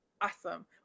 Awesome